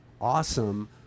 awesome